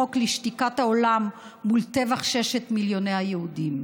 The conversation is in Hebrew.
החוק לשתיקת העולם מול טבח ששת מיליוני היהודים?